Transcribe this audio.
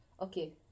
Okay